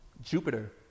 Jupiter